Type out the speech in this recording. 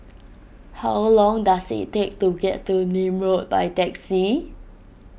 how long does it take to get to Nim Road by taxi